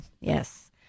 Yes